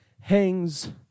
hangs